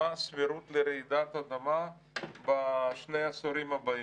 מה הסבירות לרעידת אדמה בשני העשורים הבאים?